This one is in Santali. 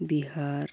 ᱵᱤᱦᱟᱨ